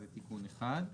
תיקון השני,